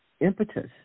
impetus